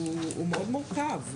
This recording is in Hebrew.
מאוד מורכב.